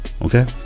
Okay